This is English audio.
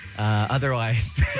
Otherwise